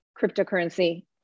cryptocurrency